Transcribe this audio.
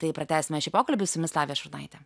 tai pratęsime šį pokalbį su jumis lavija šurnaitė